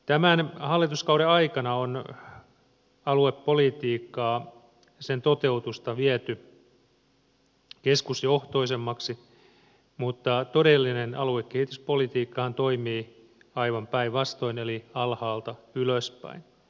tämän hallituskauden aikana on aluepolitiikkaa ja sen toteutusta viety keskusjohtoisemmaksi mutta todellinen aluekehityspolitiikkahan toimii aivan päinvastoin eli alhaalta ylöspäin